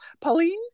pauline